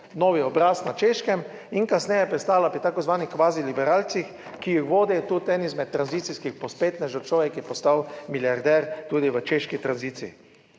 novi obraz na Češkem in kasneje pristala pri takoimenovanih kvazi liberalcih, ki jih vodi tudi eden izmed tranzicijskih pospetnežev, človek, ki je postal milijarder tudi v češki tranziciji.